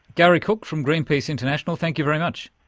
gary cook from greenpeace international, thank you very much.